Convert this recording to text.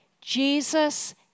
Jesus